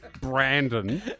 Brandon